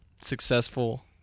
successful